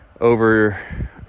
over